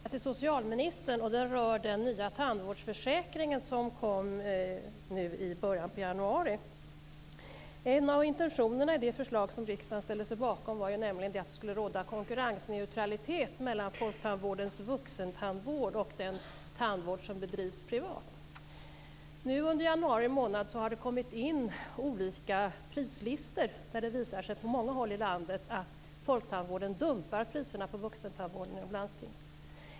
Fru talman! Jag har en fråga till socialministern. Den rör den nya tandvårdsförsäkringen, som kom i början av januari. En av intentionerna i det förslag som riksdagen ställde sig bakom var ju att det skulle råda konkurrensneutralitet mellan Folktandvårdens vuxentandvård och den tandvård som bedrivs privat. Nu under januari månad har det kommit in olika prislistor. De visar att folktandvården på många håll i landet dumpar priserna på vuxentandvården inom landstingen.